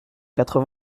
quatre